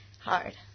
hard